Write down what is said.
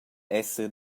esser